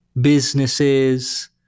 businesses